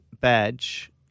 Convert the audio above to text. badge